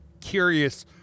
curious